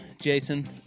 Jason